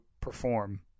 perform